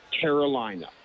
Carolina